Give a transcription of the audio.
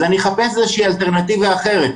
אז אני אחפש איזושהי אלטרנטיבה אחרת.